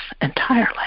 entirely